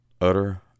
utter